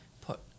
put